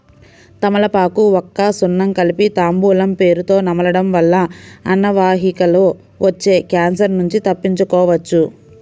తమలపాకు, వక్క, సున్నం కలిపి తాంబూలం పేరుతొ నమలడం వల్ల అన్నవాహికలో వచ్చే క్యాన్సర్ నుంచి తప్పించుకోవచ్చు